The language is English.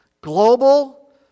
global